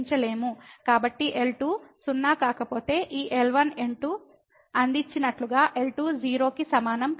కాబట్టి L2 సున్నా కాకపోతే ఈ లిమిట్ L1L2 అవుతుంది కాకపోతే L2 0 కి సమానం కాదు